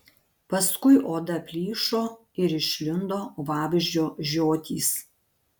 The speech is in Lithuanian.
paskui oda plyšo ir išlindo vabzdžio žiotys